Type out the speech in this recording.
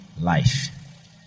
life